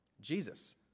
Jesus